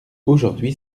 aujourd’hui